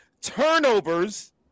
turnovers